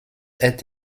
est